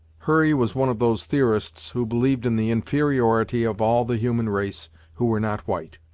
hurry was one of those theorists who believed in the inferiority of all the human race who were not white.